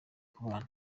kubana